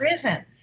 prisons